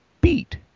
beat